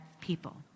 people